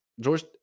George